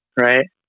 right